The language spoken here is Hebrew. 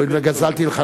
היות שגזלתי ממך,